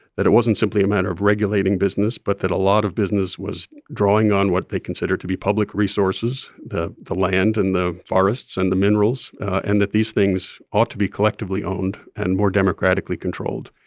that it wasn't simply a matter of regulating business, but that a lot of business was drawing on what they consider to be public resources the the land and the forests and the minerals and that these things ought to be collectively owned and more democratically controlled.